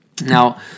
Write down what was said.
Now